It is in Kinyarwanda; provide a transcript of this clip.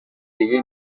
iyi